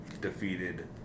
defeated